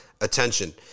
attention